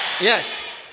Yes